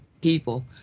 people